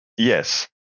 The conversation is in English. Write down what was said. Yes